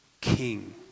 king